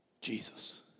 Jesus